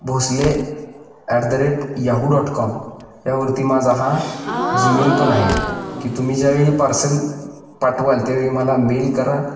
Bhosale at the rate Yahoo dot com यावरती माझा हा जीमेल पण आहेत की तुम्ही ज्यावेळी पार्सल पाठवाल त्यावेळी मला मेल करा